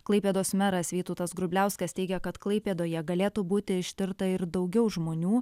klaipėdos meras vytautas grubliauskas teigia kad klaipėdoje galėtų būti ištirta ir daugiau žmonių